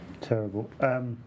Terrible